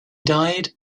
died